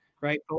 right